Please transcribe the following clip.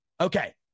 Okay